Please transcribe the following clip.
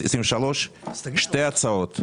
שתי הצעות.